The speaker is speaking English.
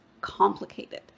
complicated